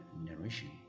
narration